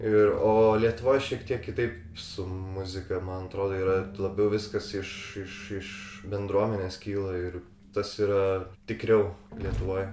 ir o lietuvoj šiek tiek kitaip su muzika man atrodo yra labiau viskas iš iš iš bendruomenės kyla ir tas yra tikriau lietuvoj